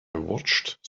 watched